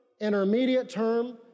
intermediate-term